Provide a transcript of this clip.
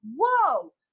whoa